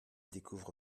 découvre